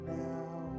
now